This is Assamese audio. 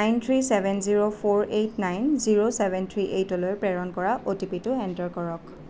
nine three seven zero four eight nine zero seven three এইটলৈ প্ৰেৰণ কৰা অ' টি পি টো এণ্টাৰ কৰক